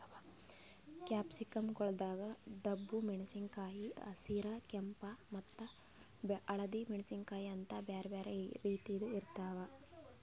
capsicum ಗೊಳ್ದಾಗ್ ಡಬ್ಬು ಮೆಣಸಿನಕಾಯಿ, ಹಸಿರ, ಕೆಂಪ ಮತ್ತ ಹಳದಿ ಮೆಣಸಿನಕಾಯಿ ಅಂತ್ ಬ್ಯಾರೆ ಬ್ಯಾರೆ ರೀತಿದ್ ಇರ್ತಾವ್